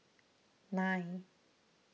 nine